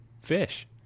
fish